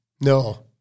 No